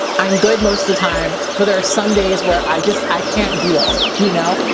i'm good most of the time, but there are some days where i just, i can't deal, you know?